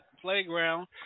playground